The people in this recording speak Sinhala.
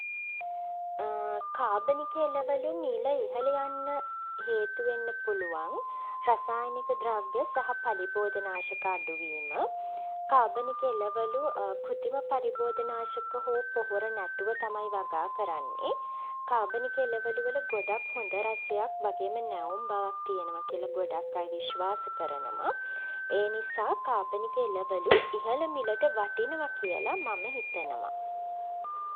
කාබනික එළවළු මිල ඉහළ යන්න හේතු වෙන්න පුළුවන්, රසායනික ද්‍රව්‍ය සහ පළිබෝධනාශක අඩු වීම. කාබනික එළවළු කෘතිම පළිබෝධනාශක හෝ පොහොර නැතුව තමයි වගා කරන්නේ. කාබනික එළවළුවල ගොඩක් හොඳ රසයක් වගේම නැවුම් බවක් තියෙනවා කියලා ගොඩක් අය විශ්වාස කරනවා. ඒ නිසා කාබනික එළවළු ඉහළ මිලට වටිනවා කියලා මම හිතනවා.